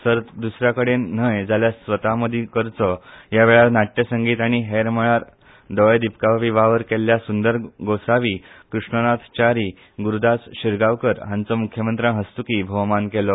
सर्त दुसऱ्या कडेन न्हय जाल्यार स्वता मदीं करची ह्या वेळार नाट्य संगीत आनी हेर मळार दोळे दिपकावपी वावर केल्ल्या सुंदार गोसावी कृष्णनाथ च्यारी गुरूदास शिरगांवकार हांचो मुख्यमंत्र्या हस्तुकीं भोवमान केलो